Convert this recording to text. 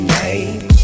name